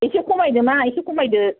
एसे खमायदोना एसे खमायदो